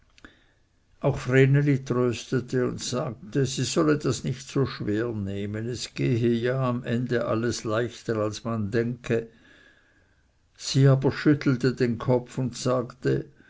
auch vreneli tröstete und sagte sie solle das nicht so schwer nehmen es gehe ja am ende alles leichter als man denke sie aber schüttelte den kopf und sagte